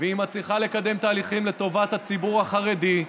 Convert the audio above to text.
והיא מצליחה לקדם תהליכים לטובת הציבור החרדי.